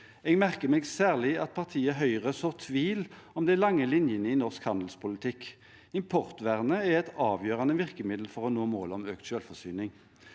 Jeg merker meg særlig at partiet Høyre sår tvil om de lange linjene i norsk handelspolitikk. Importvernet er et avgjørende virkemiddel for å nå målet om økt selvforsyning.